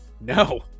no